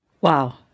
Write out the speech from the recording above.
Wow